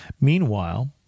Meanwhile